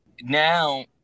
now